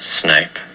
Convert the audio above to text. snipe